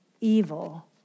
evil